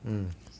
mm